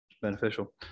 beneficial